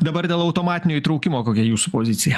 dabar dėl automatinio įtraukimo kokia jūsų pozicija